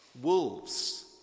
wolves